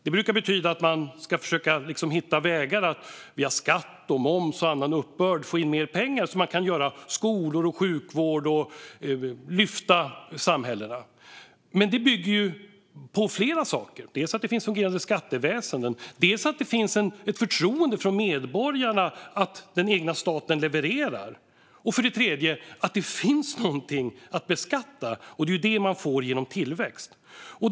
Det brukar betyda att man ska försöka hitta vägar att via skatt, moms och annan uppbörd få in mer pengar så att man kan bygga skolor och sjukvård - lyfta samhällena. Men det bygger ju på flera saker. Dels behöver det finnas fungerande skatteväsen, dels behöver det finnas ett förtroende från medborgarna för att den egna staten levererar. Dessutom behöver det finnas någonting att beskatta, och det är ju det man får genom tillväxt.